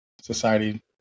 society